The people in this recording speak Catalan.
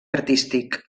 artístic